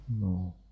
No